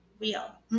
real